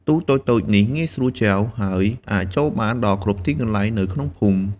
ទូកតូចៗនេះងាយស្រួលចែវ ហើយអាចចូលបានដល់គ្រប់ទីកន្លែងនៅក្នុងភូមិ។